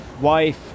Wife